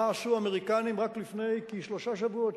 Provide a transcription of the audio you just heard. מה עשו האמריקנים רק לפני כשלושה שבועות,